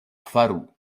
faru